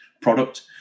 product